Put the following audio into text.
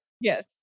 Yes